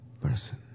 person